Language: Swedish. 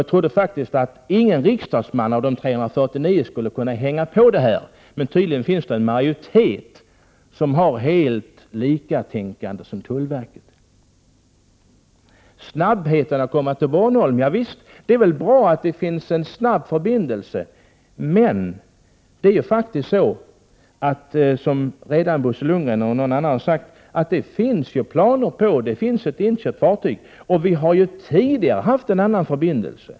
Jag trodde faktiskt att ingen riksdagsman av de 349 skulle kunna ansluta sig till det där, men tydligen finns det en majoritet som tänker helt och hållet som tullverket. Snabbheten att komma till Bornholm. Ja visst, det är väl bra att det finns en snabb förbindelse, men det är faktiskt så, som Bo Lundgren och någon annan har sagt, att det ju finns planer. Det finns ett inköpt fartyg. Och vi har ju tidigare haft en annan förbindelse.